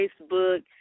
Facebook